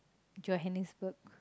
Johannesburg